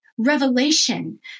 Revelation